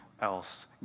else